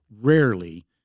rarely